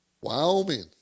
Wyoming